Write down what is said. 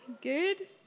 Good